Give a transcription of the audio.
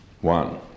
one